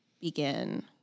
begin